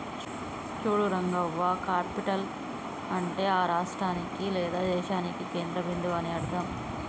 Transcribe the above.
చూడు రంగవ్వ క్యాపిటల్ అంటే ఆ రాష్ట్రానికి లేదా దేశానికి కేంద్ర బిందువు అని అర్థం